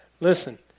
Listen